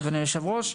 אדוני היושב-ראש.